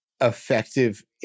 effective